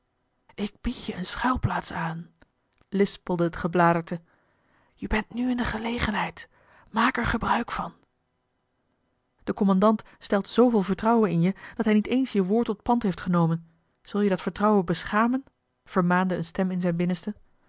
ik bied je een schuilplaats aan lispelde het gebladerte je bent nu in de gelegenheid maak er gebruik van de kommandant stelt zooveel vertrouwen in je dat hij niet eens je woord tot pand heeft genomen zul je dat vertrouwen beschamen vermaande eene stem in zijn binnenste